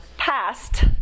Past